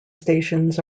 stations